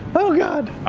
oh god!